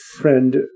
friend